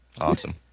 Awesome